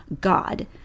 God